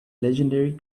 legendary